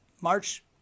March